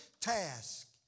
task